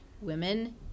women